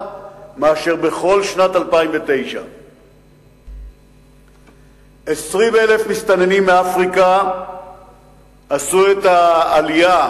מאשר בכל שנת 2009. 20,000 מסתננים מאפריקה "עשו עלייה"